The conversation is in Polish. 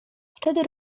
wtedy